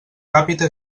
càpita